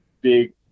big